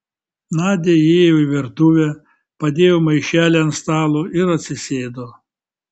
nadia įėjo į virtuvę padėjo maišelį ant stalo ir atsisėdo